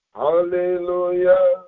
hallelujah